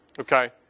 okay